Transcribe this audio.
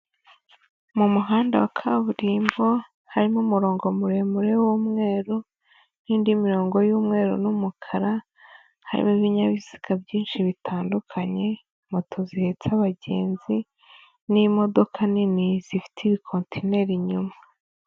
Mu muhanda wa kaburimbo harimo umurongo muremure w'umweru n'indi mirongo y'umweru n'umukara, harimo ibinyabiziga byinshi bitandukanye moto zihetse abagenzi n'imodoka nini zifite ibikontineri inyuma.